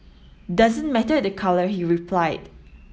doesn't matter the colour he replied